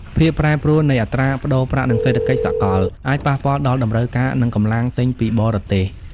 ភាពប្រែប្រួលនៃអត្រាប្តូរប្រាក់ និងសេដ្ឋកិច្ចសកល អាចប៉ះពាល់ដល់តម្រូវការ និងកម្លាំងទិញពីបរទេស។